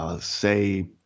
say